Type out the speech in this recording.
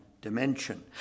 dimension